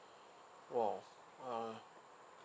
!wow! uh